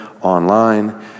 online